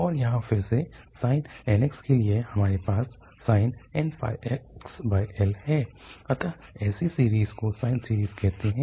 और यहाँ फिर से sin nx के लिए हमारे पास sin nπxL है अतः ऐसी सीरीज़ को साइन सीरीज़ कहते हैं